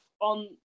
on